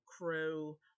crew